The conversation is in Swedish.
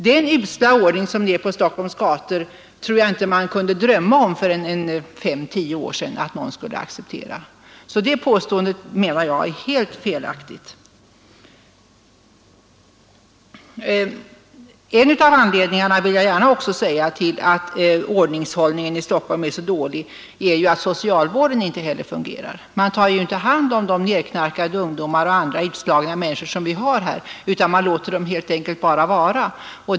Den usla ordning som råder på Stockholms gator tror jag inte man för fem, tio år sedan kunde föreställa sig skulle accepteras. Det påståendet, menar jag, är helt felaktigt. En av anledningarna till att ordningshållningen i Stockholm är så dålig är att socialvården inte heller fungerar. Man tar inte hand om nerknarkade ungdomar och andra utslagna människor, utan man låter dem helt enkelt vara.